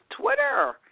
Twitter